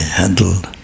handled